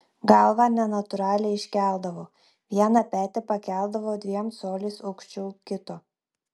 galvą nenatūraliai iškeldavo vieną petį pakeldavo dviem coliais aukščiau kito